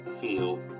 feel